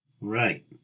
Right